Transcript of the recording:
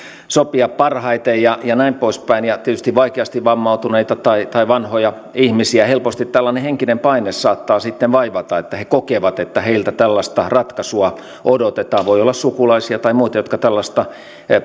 sopia parhaiten ja ja näin poispäin ja tietysti vaikeasti vammautuneita tai tai vanhoja ihmisiä tällainen henkinen paine saattaa sitten helposti vaivata että he kokevat että heiltä tällaista ratkaisua odotetaan voi olla sukulaisia tai muita jotka tällaista